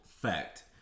fact